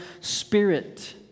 spirit